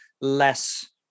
less